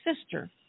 sister